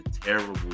terrible